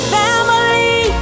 family